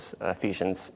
Ephesians